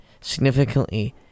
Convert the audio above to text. significantly